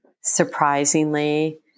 surprisingly